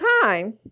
time